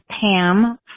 Pam